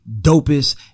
dopest